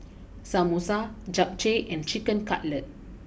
Samosa Japchae and Chicken Cutlet